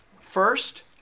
First